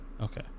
Okay